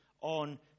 On